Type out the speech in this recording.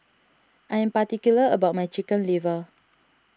I am particular about my Chicken Liver